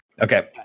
Okay